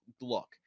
look